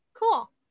Cool